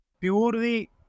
purely